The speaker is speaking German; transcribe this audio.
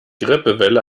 grippewelle